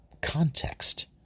context